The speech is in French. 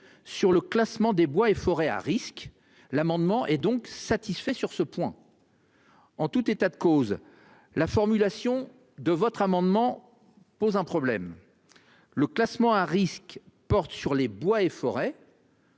sur le classement des bois et forêts « à risque ». L'amendement est donc satisfait sur ce point. En tout état de cause, la formulation de l'amendement pose problème : le classement « à risque » porte sur les bois et forêts